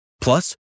Plus